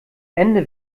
ende